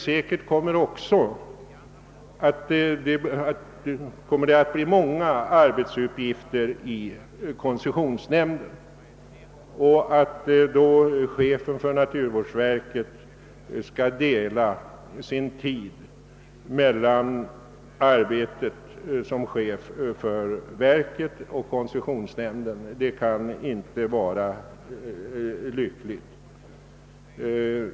Säkert kommer det också att bli många arbetsuppgifter för koncessionsnämnden. Att chefen för naturvårdsverket då skall dela sin tid mellan arbetet som chef för verket och uppdraget i koncessionsnämnden kan inte vara lyckligt.